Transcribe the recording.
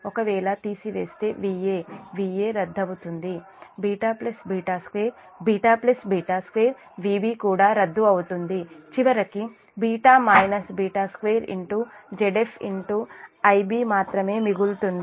ఒకవేళ తీసివేస్తే Va Va రద్దవుతుంది β β2 β β2 Vb కూడా రద్దు అవుతుంది చివరికి β β2 Zf Ib మాత్రమే మిగులుతుంది